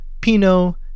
Pino